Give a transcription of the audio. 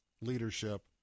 leadership